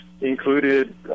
Included